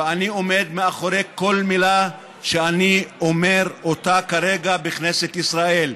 ואני עומד מאחורי כל מילה שאני אומר כרגע בכנסת ישראל,